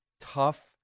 tough